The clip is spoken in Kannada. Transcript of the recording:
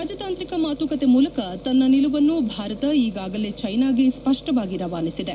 ರಾಜತಾಂತ್ರಿಕ ಮಾತುಕತೆ ಮೂಲಕ ತನ್ನ ನಿಲುವನ್ನು ಭಾರತ ಈಗಾಗಲೇ ಚ್ಯೆನಾಗೆ ಸ್ಪಷ್ಟವಾಗಿ ರವಾನಿಸಿದೆ